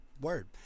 Word